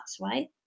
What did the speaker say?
right